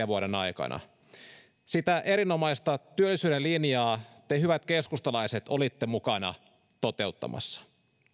vuoden aikana sitä erinomaista työllisyyden linjaa te hyvät keskustalaiset olitte mukana toteuttamassa